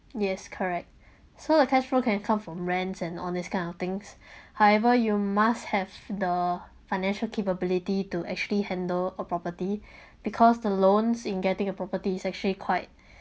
yes correct so the cashflow can come from rents and all these kind of things however you must have the financial capability to actually handle a property because the loans in getting a property is actually quite